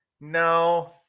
no